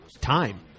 time